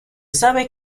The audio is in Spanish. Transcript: sabe